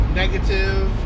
negative